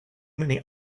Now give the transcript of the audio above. many